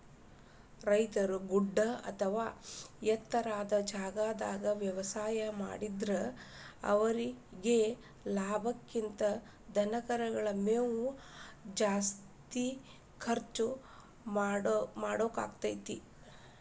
ರೈತರು ಗುಡ್ಡ ಅತ್ವಾ ಎತ್ತರದ ಜಾಗಾದಾಗ ವ್ಯವಸಾಯ ಮಾಡಿದ್ರು ಅವರೇಗೆ ಲಾಭಕ್ಕಿಂತ ಧನಕರಗಳ ಮೇವಿಗೆ ನ ಜಾಸ್ತಿ ಖರ್ಚ್ ಮಾಡೋದಾಕ್ಕೆತಿ